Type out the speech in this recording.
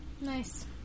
Nice